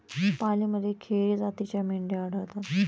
पालीमध्ये खेरी जातीच्या मेंढ्या आढळतात